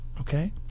okay